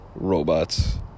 Robots